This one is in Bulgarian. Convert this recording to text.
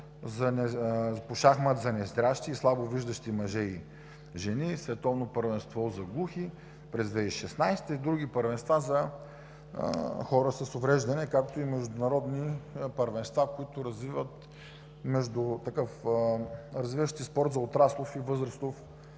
по шахмат за незрящи и слабовиждащи мъже и жени, Световно първенство за глухи – през 2016 г., и други първенства за хора с увреждания, както и международни първенства, развиващи спорт на отраслов и възрастов